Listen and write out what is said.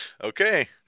okay